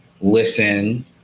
listen